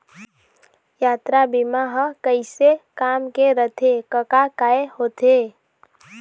यातरा बीमा ह कइसे काम के रथे कका काय होथे?